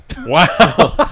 Wow